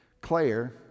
Claire